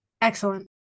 Excellent